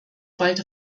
bald